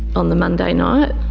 on the monday night.